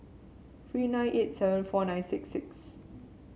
three nine eight seven four nine six six